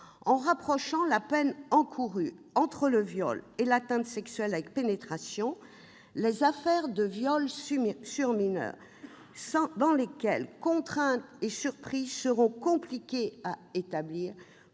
en rapprochant la peine encourue en cas de viol et en cas d'atteinte sexuelle avec pénétration, est que les affaires de viols sur mineur dans lesquelles contrainte et surprise seraient compliquées à établir